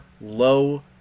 low